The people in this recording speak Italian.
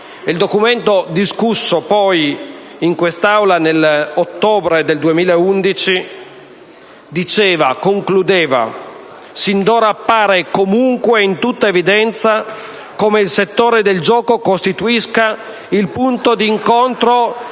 Tale documento, discusso in quest'Aula nell'ottobre del 2011, concludeva: «Sin d'ora appare, comunque, in tutta evidenza come il settore del "gioco" costituisca il punto d'incontro